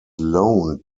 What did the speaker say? loaned